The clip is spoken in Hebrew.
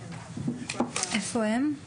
מתכננים להיפגש איתך, ואת